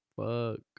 Fuck